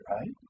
right